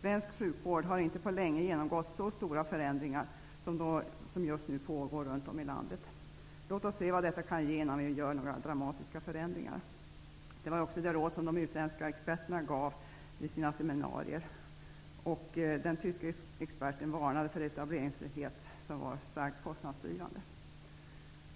Svensk sjukvård har inte på länge genomgått så stora förändringar som de som just nu pågår runt om i landet. Låt oss se vad detta kan ge innan vi gör några dramatiska förändringar. Det var ju också det råd de utländska experterna gav vid de seminarier som hållits. Den tyske försäkringsexperten varnade för etableringsfrihet som starkt kostnadsdrivande.